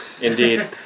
Indeed